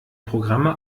programme